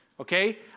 Okay